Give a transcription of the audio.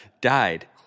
died